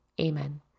amen